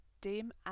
dem